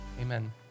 amen